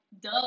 duh